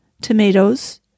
tomatoes